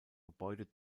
gebäude